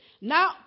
Now